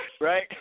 Right